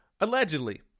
Allegedly